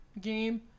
game